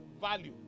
value